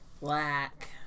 Black